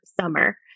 summer